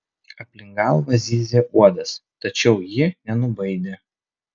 aplink galvą zyzė uodas tačiau ji nenubaidė